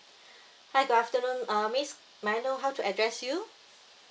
hi good afternoon uh miss may I know how to address you